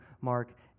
Mark